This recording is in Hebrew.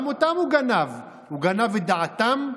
גם אותם הוא גנב: גנב את דעתם,